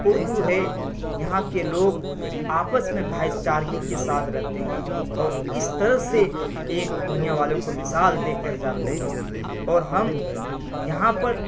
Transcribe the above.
اردو ہے یہاں کے لوگ آپس میں بھائی چارگی کے ساتھ رہتے ہیں اور اس طرح سے ایک دنیا والوں کو مثال دے کر جاتے ہیں اور ہم یہاں پر